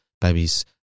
babies